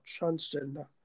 transgender